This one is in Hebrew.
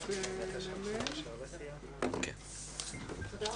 הישיבה ננעלה בשעה 13:25.